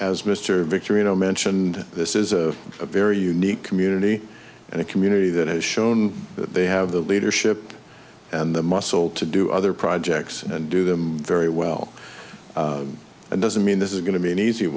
as mr victorian i mentioned this is a very unique community and a community that has shown that they have the leadership and the muscle to do other projects and do them very well and doesn't mean this is going to be an easy